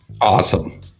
Awesome